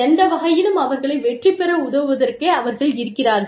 எந்த வகையிலும் அவர்களை வெற்றிபெற உதவுவதற்கே அவர்கள் இருக்கிறார்கள்